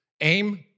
Aim